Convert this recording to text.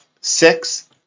six